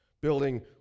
Building